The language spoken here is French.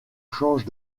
change